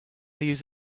use